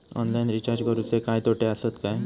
Online recharge करुचे काय तोटे आसत काय?